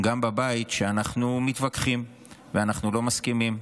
גם בבית שאנחנו מתווכחים ואנחנו לא מסכימים,